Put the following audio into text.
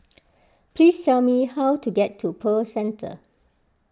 please tell me how to get to Pearl Centre